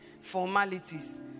formalities